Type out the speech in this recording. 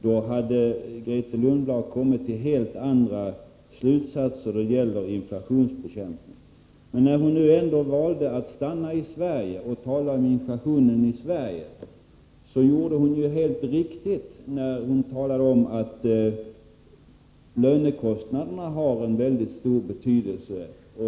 Då hade hon kommit till helt andra slutsatser vad gäller inflationsbekämpningen. Nu valde hon som sagt att tala om inflationen i Sverige och redovisade då helt riktigt att lönekostnaderna har mycket stor betydelse i sammanhanget.